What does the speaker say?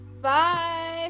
bye